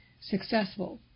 successful